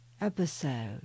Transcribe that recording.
episode